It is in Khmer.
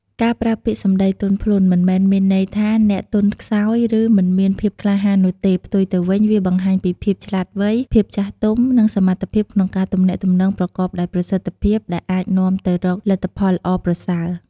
ការប្រើពាក្យសម្ដីទន់ភ្លន់ មិនមែនមានន័យថាអ្នកទន់ខ្សោយ ឬមិនមានភាពក្លាហាននោះទេ ផ្ទុយទៅវិញ វាបង្ហាញពីភាពឆ្លាតវៃ ភាពចាស់ទុំ និងសមត្ថភាពក្នុងការទំនាក់ទំនងប្រកបដោយប្រសិទ្ធភាព ដែលអាចនាំទៅរកលទ្ធផលល្អប្រសើរ។